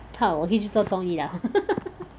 怕我可以去做综艺 liao